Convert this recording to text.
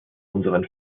unseren